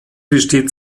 besteht